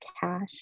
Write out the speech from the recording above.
cash